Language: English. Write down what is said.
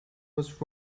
was